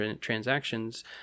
transactions